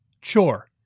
chore